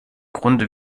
grunde